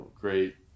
great